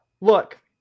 Look